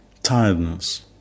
Tiredness